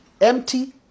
Empty